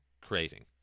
creating